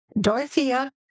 Dorothea